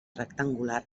rectangular